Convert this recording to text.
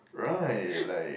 right like